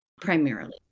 primarily